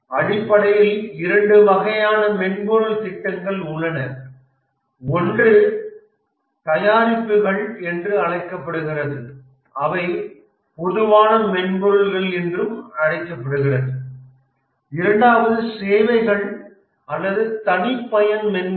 அடிப்படையில் இரண்டு வகையான மென்பொருள் திட்டங்கள் உள்ளன ஒன்று தயாரிப்புகள் என்று அழைக்கப்படுகிறது அவை பொதுவான மென்பொருள் என்றும் அழைக்கப்படுகின்றன இரண்டாவது சேவைகள் அல்லது தனிப்பயன் மென்பொருள்